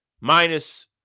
minus